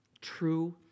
true